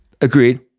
Agreed